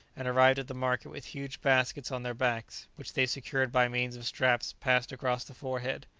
and arrived at the market with huge baskets on their backs, which they secured by means of straps passed across the forehead.